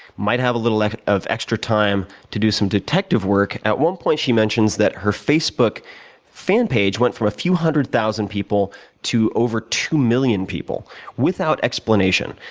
might have a little lack of extra time to do some detective work at one point, she mentions that her facebook fan page went from a few hundred thousand people to over two million people without explanation.